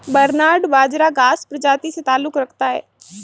barnyard बाजरा घांस प्रजाति से ताल्लुक रखता है